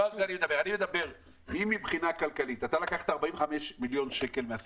אם מבחינה כלכלית אתה לקחת 45 מיליון שקל מן